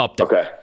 Okay